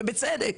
ובצדק.